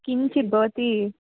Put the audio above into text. किञ्चित् भवन्ति